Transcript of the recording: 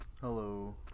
Hello